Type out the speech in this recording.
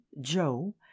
Joe